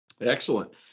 Excellent